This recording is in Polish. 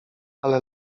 ale